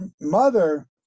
mother